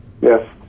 Yes